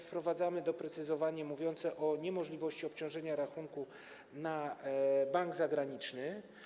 Wprowadzamy doprecyzowanie mówiące o niemożliwości obciążenia rachunku w przypadku banku zagranicznego.